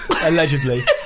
allegedly